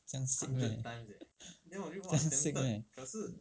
这样信任 eh damn sick leh